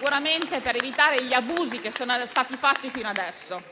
fine di evitare gli abusi che ci sono stati fino a adesso.